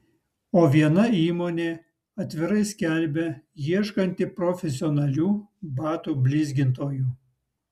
o viena įmonė atvirai skelbia ieškanti profesionalių batų blizgintojų